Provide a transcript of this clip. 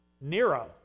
Nero